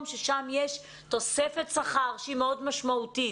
ששם יש תוספת שכר שהיא מאוד משמעותית.